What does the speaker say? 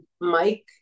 Mike